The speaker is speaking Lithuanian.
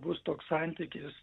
bus toks santykis